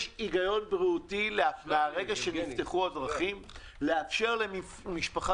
יש היגיון בריאותי מרגע שנפתחו הדרכים לאפשר למשפחה